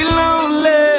lonely